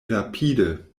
rapide